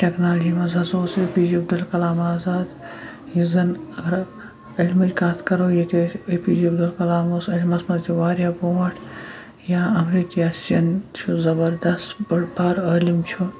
technology منٛز ہَسا اوس A P J Abdul Kalam Azad یُس زَن اگر کَتھ کَرو ییٚتہِ ٲسۍ اے پی جے عبدالکلام اوس علمَس منٛز تہِ واریاہ برونٛٹھ یا اَمرِتیا سِن چھِ زبَردَس بٔڈ بار عٲلِم چھُ